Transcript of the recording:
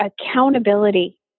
accountability